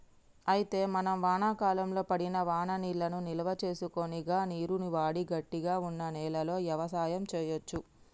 అయితే మనం వానాకాలంలో పడిన వాననీళ్లను నిల్వసేసుకొని గా నీరును వాడి గట్టిగా వున్న నేలలో యవసాయం సేయచ్చు